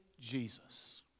Jesus